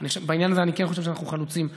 בעניין הזה אני כן חושב שאנחנו חלוצים בעולם,